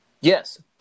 Yes